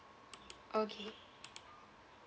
okay